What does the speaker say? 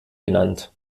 genannt